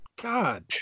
God